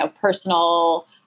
personal